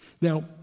Now